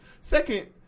Second